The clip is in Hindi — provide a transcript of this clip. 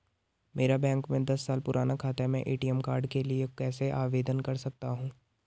मेरा बैंक में दस साल पुराना खाता है मैं ए.टी.एम कार्ड के लिए कैसे आवेदन कर सकता हूँ?